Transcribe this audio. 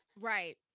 right